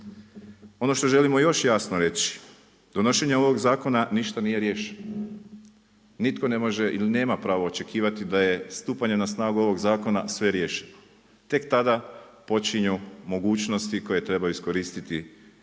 Ono što želimo još jasno reći, donošenjem ovog zakona ništa nije riješeno. Nitko ne može ili nema pravo očekivati da je stupanje na snagu ovog zakona sve riješeno. Tek tada počinju mogućnosti koje treba iskoristiti